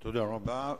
תודה רבה.